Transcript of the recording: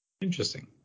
interesting